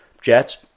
Jets